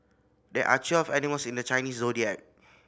there are twelve animals in the Chinese Zodiac